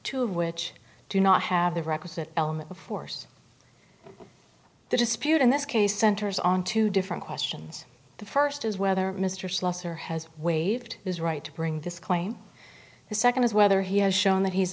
of which do not have the requisite element of force the dispute in this case centers on two different questions the first is whether mr sloss or has waived his right to bring this claim the second is whether he has shown that he's